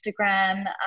Instagram